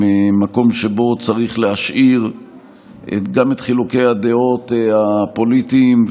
הם מקום שבו צריך להשאיר את חילוקי הדעות הפוליטיים,